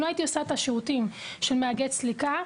אם הייתי עושה את השירותים של מאגד סליקה,